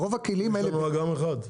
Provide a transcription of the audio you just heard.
יש לנו אגם אחד.